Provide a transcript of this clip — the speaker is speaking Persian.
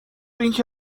اینکه